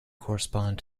correspond